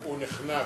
הוא נחנק.